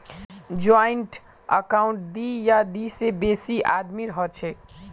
joint account दी या दी से बेसी आदमीर हछेक